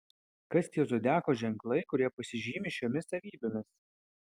kas tie zodiako ženklai kurie pasižymi šiomis savybėmis